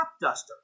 duster